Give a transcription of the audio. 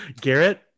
Garrett